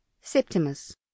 Septimus